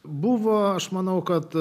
buvo aš manau kad